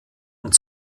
und